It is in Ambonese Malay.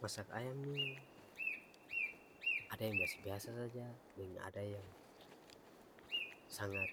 Masak ayam nih ada yang biasa-biasa saja deng ada yang sangat